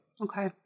Okay